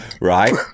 right